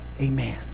Amen